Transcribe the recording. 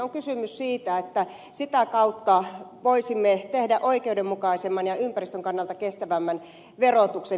on kysymys siitä että sitä kautta voisimme tehdä oikeudenmukaisemman ja ympäristön kannalta kestävämmän verotuksen